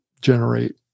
generate